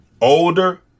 Older